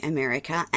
America